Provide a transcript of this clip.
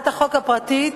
הצעת החוק הפרטית